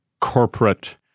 corporate